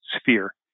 sphere